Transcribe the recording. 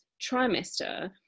trimester